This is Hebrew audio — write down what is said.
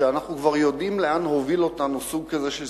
כשאנחנו כבר יודעים לאן הוביל אותנו סוג כזה של